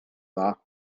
dda